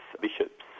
bishops